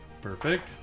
Perfect